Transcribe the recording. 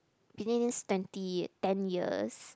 within these twenty ten years